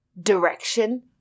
direction